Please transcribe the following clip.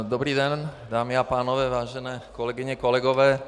Dobrý den, dámy a pánové, vážené kolegyně, kolegové.